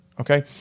Okay